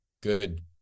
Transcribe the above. good